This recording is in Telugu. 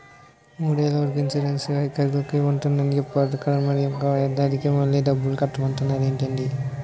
మూడేళ్ల వరకు ఇన్సురెన్సు వెహికల్కి ఉంటుందని చెప్పేరు కదా మరి ఒక్క ఏడాదికే మళ్ళి డబ్బులు కట్టమంటారేంటండీ?